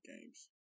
games